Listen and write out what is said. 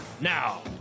Now